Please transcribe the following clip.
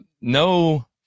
no